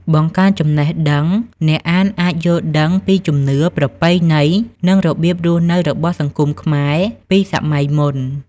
បង្កើនចំណេះដឹង អ្នកអានអាចយល់ដឹងពីជំនឿ ប្រពៃណី និងរបៀបរស់នៅរបស់សង្គមខ្មែរពីសម័យមុន។